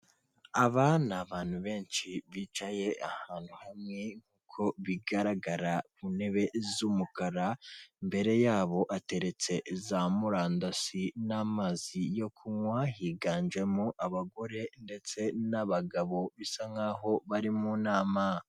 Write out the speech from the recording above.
Aba ni abantu benshi bicaye ahantu hamwe. Uko bigaragara ku ntebe z' umukara. Imbere yabo hateretse za murandasi n' amazi yo kunywa. Higanjemo abagore ndetse n' abagabo bisa nkaho bari mu nama.